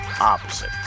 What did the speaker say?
opposite